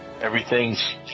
everything's